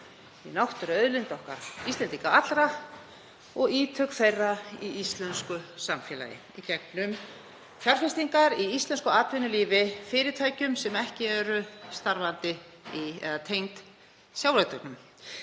í náttúruauðlind okkar Íslendinga allra, og ítök þeirra í íslensku samfélagi í gegnum fjárfestingar í íslensku atvinnulífi, í fyrirtækjum sem ekki eru starfandi eða tengd sjávarútveginum.